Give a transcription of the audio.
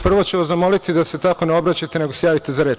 Prvo ću vas zamoliti da se tako ne obraćate, nego se javite za reč.